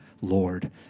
Lord